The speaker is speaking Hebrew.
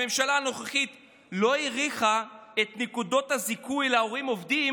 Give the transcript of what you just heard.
הממשלה הנוכחית לא האריכה את נקודות הזיכוי להורים עובדים,